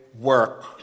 work